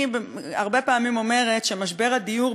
אני הרבה פעמים אומרת שמשבר הדיור,